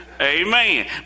Amen